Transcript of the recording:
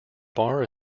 bar